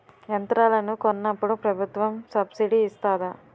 యంత్రాలను కొన్నప్పుడు ప్రభుత్వం సబ్ స్సిడీ ఇస్తాధా?